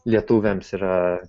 lietuviams yra